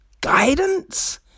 guidance